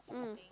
mm